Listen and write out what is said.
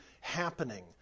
happening